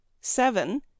seven